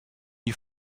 you